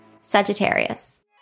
Sagittarius